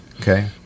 Okay